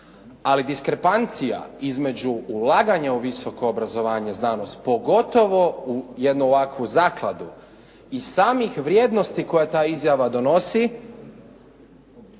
Ali diskrepancija između ulaganja u visoko obrazovanje, znanost, pogotovo u jednu ovakvu zakladu i samih vrijednosti koje ta izjava donosi